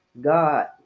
God